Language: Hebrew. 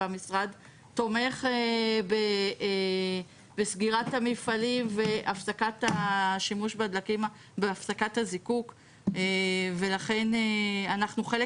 והמשרד תומך בסגירת המפעלים ובהפסקת הזיקוק ולכן אנחנו חלק